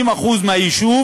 70% מהיישוב